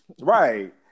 right